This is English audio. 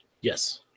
Yes